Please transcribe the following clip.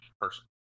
person